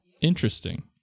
Interesting